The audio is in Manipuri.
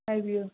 ꯍꯥꯏꯕꯤꯌꯨ